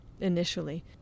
initially